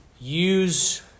use